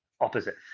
opposite